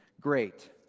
great